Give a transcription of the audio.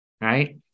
right